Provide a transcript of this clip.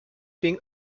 being